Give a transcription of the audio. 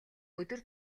өдөр